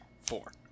four